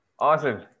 Awesome